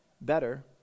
better